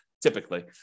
typically